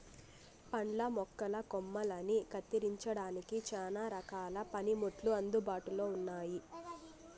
పండ్ల మొక్కల కొమ్మలని కత్తిరించడానికి చానా రకాల పనిముట్లు అందుబాటులో ఉన్నయి